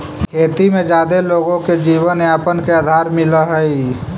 खेती में जादे लोगो के जीवनयापन के आधार मिलऽ हई